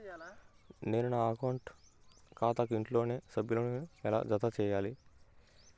నేను నా అకౌంట్ ఖాతాకు ఇంట్లోని సభ్యులను ఎలా జతచేయాలి?